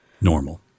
Normal